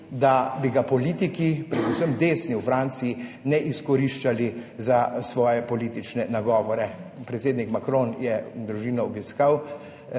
da bi ga politiki, predvsem desni v Franciji ne izkoriščali za svoje politične nagovore. Predsednik Macron je družino obiskal